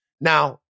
Now